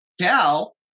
Cal